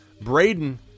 Braden